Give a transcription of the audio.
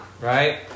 Right